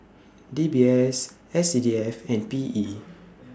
D B S S C D F and P E